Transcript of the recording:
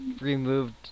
removed